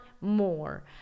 more